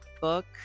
book